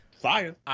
Fire